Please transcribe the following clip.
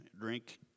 drink